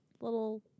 little